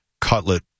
cutlet